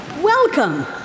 Welcome